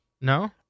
No